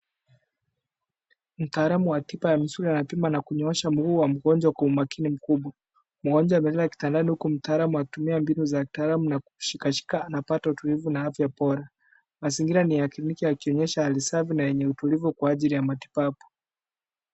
Mtaalamu wa tiba ya misuli anapima na kunyoosha mguu wa mgonjwa kwa umakini mkubwa. Mgonjwa amelala kitandani huku mtaalam akitumia mbinu za kitaalamu na kushikashika anapata utulivu na afya bora. Mazingira ni ya kliniki yakionyesha hali safi yenye utulivu kwa ajili ya matibabu.